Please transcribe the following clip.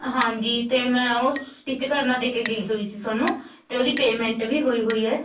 ਹਾਂਜੀ ਅਤੇ ਮੈਂ ਉਹ ਸਟਿਚ ਕਰਨਾ ਦੇ ਕੇ ਗਈ ਹੋਈ ਸੀ ਤੁਹਾਨੂੰ ਅਤੇ ਉਹਦੀ ਪੇਮੈਂਟ ਵੀ ਹੋਈ ਹੋਈ ਹੈ